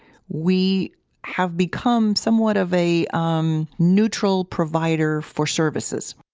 we have become somewhat of a um neutral provider for services